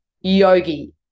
yogi